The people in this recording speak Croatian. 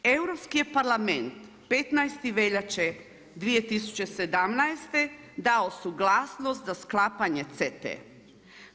Europski je parlament 15. veljače 2017. dao suglasnost za sklapanje CETA-e.